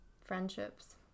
friendships